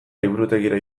liburutegira